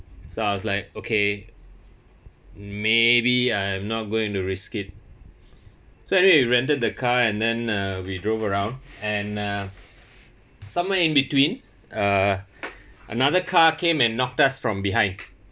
so I was like okay maybe I am not going to risk it so I did rented the car and then uh we've drove around and uh somewhere in between uh another car came and knocked us from behind